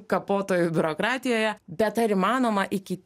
kapotoju biurokratijoje bet ar įmanoma iki